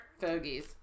fogies